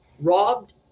robbed